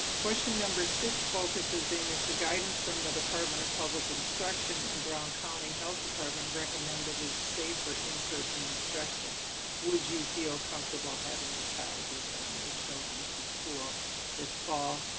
question number six focuses in if the guidance from the department of public instruction in brown county health department recommend that it is safe for in person instruction would you feel comfortable having your child return their children to school this fall.